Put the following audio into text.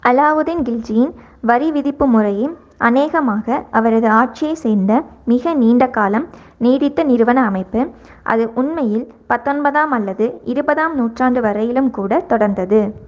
அலாவுதீன் கில்ஜியின் வரி விதிப்பு முறையே அநேகமாக அவரது ஆட்சியைச் சேர்ந்த மிக நீண்ட காலம் நீடித்த நிறுவன அமைப்பு அது உண்மையில் பத்தொன்பதாம் அல்லது இருபதாம் நூற்றாண்டு வரையிலும் கூட தொடர்ந்தது